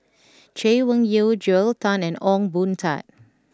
Chay Weng Yew Joel Tan and Ong Boon Tat